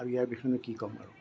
আৰু ইয়াৰ বিষয়েনো কি ক'ম আৰু